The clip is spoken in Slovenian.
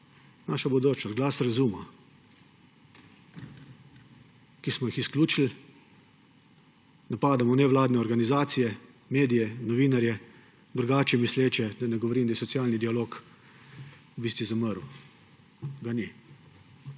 naša bodočnost, glas razuma, ki smo jih izključili, napadamo nevladne organizacije, medije, novinarje, drugače misleče, da ne govorim, da je socialni dialog v bistvu zamrl, ga ni.